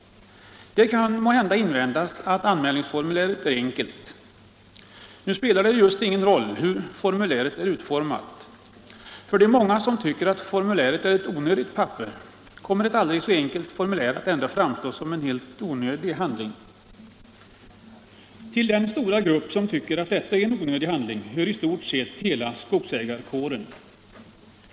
Det kan måhända invändas att anmälningsformuläret är enkelt. Nu spelar det just ingen roll hur formuläret är utformat. För de många som tycker att formuläret är ett onödigt papper kommer ett aldrig så enkelt formulär ändå att framstå som en helt onödig handling. Till den stora grupp som tycker att detta är en onödig handling hör i stort sett hela skogsägarkåren.